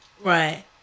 Right